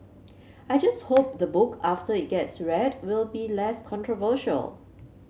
I just hope the book after it gets read will be less controversial